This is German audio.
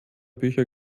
bücher